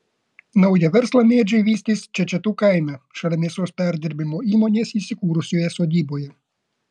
naują verslą mėdžiai vystys čečetų kaime šalia mėsos perdirbimo įmonės įsikūrusioje sodyboje